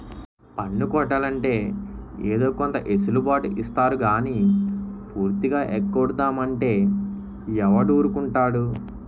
పన్ను కట్టాలంటే ఏదో కొంత ఎసులు బాటు ఇత్తారు గానీ పూర్తిగా ఎగ్గొడతాం అంటే ఎవడూరుకుంటాడు